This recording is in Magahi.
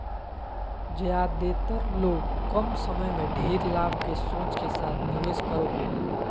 ज्यादेतर लोग कम समय में ढेर लाभ के सोच के साथ निवेश करो हइ